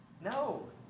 No